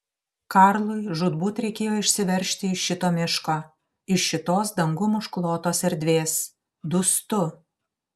karlui žūtbūt reikėjo išsiveržti iš šito miško iš šitos dangum užklotos erdvės dūstu